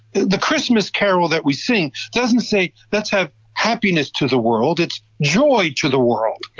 the christmas carol that we sing doesn't say, let's have happiness to the world, it's joy to the world,